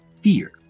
fear